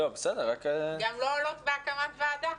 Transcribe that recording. גם לא עולות בהקמת ועדה.